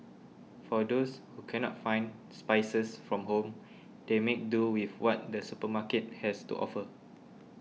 for those who cannot find spices from home they make do with what the supermarket has to offer